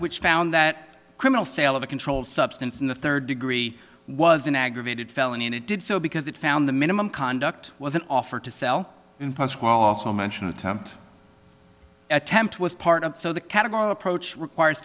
which found that criminal sale of a controlled substance in the third degree was an aggravated felony and it did so because it found the minimum conduct was an offer to sell and pasqual also mention attempt attempt was part of so the category of approach requires